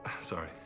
sorry